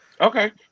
Okay